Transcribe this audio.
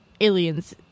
aliens